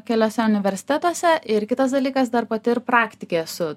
keliuose universitetuose ir kitas dalykas dar pati ir praktikė esu